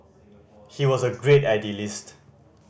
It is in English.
he was a great idealist